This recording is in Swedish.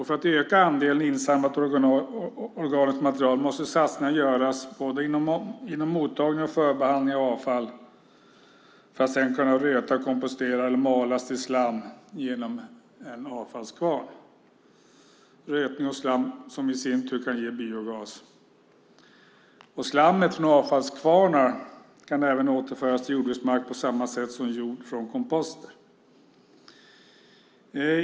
För att öka andelen insamlat organiskt material måste satsningar göras inom mottagning och förbehandling av avfall, så att det sedan kan användas till rötning och kompostering eller malas till slam genom en avfallskvarn. Rötning och slam kan i sin tur ge biogas. Slammet från avfallskvarnar kan även återföras till jordbruksmarken på samma sätt som jord från komposter.